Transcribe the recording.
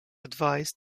advise